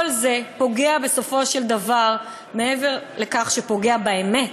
כל זה פוגע בסופו של דבר, מעבר לכך שפוגע באמת,